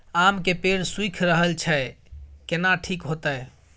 आम के पेड़ सुइख रहल एछ केना ठीक होतय?